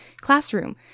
classroom